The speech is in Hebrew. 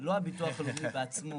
שלא ביטוח לאומי בעצמו